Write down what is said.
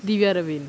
devia levine